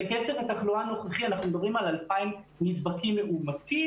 בקצב התחלואה הנוכחי אנחנו מדברים על 2,000 נדבקים מאומתים.